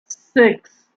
six